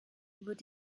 wird